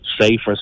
safer